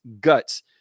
guts